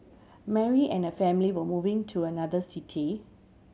Mary and her family were moving to another city